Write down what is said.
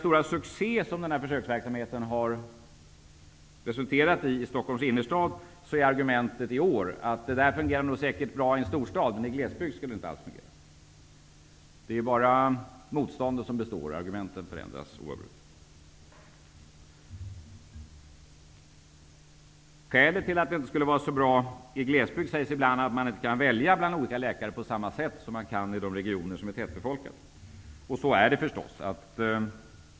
Efter att den här försöksverksamheten i Stockholms innerstad har resulterat i en stor succé, är argumentet i år att verksamheten säkert fungerar bra i en storstad men att det inte alls skulle fungera i glesbygd. Det är bara motståndet som består. Argumenten förändras oavbrutet. Skälet till att husläkarsystemet inte skulle fungera så bra i glesbygd sägs ibland vara att man där inte kan välja bland olika läkare på samma sätt som man kan i de regioner som är tätbefolkade. Så är det förstås.